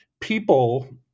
people